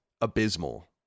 abysmal